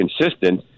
consistent